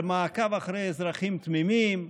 על מעקב אחרי אזרחים תמימים,